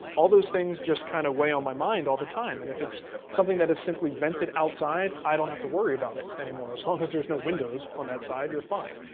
all those things just kind of weigh on my mind all the time. and if it's something that is simply vented outside, i don't have to worry about it anymore, as long as there's no windows on that side, you're fine.